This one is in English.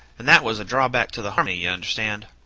and that was a drawback to the harmony, you understand